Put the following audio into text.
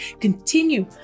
Continue